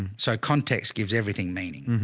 so context gives everything meaning.